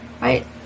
Right